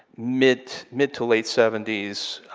mid-to-late mid-to-late seventy s